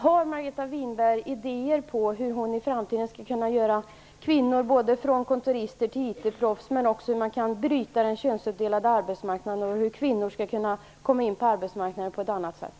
Har Margareta Winberg några idéer om hur man i framtiden skall kunna göra kvinnliga kontorister till informationsteknikproffs, hur man skall kunna bryta den könsuppdelade arbetsmarknaden och hur kvinnor skall kunna komma ut på denna på ett annat sätt?